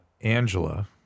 Angela